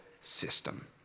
system